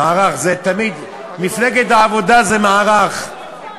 מפלגת העבודה זה "מערך",